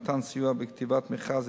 מתן סיוע בכתיבת מכרז,